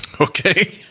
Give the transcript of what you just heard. Okay